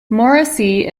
morrissey